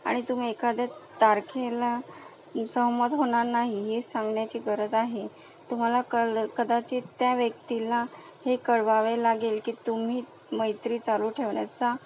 आणि तुम्ही एखाद्या तारखेला सहमत होणार नाही हे सांगण्याची गरज आहे तुम्हाला कळलं कदाचित त्या व्यक्तीला हे कळवावे लागेल की तुम्ही मैत्री चालू ठेवण्याचा